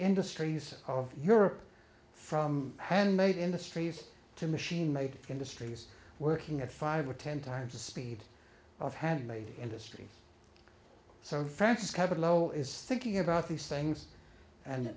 industries of europe from handmade industries to machine made industries working at five or ten times the speed of handmade industry so francisco below is thinking about these things and